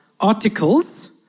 articles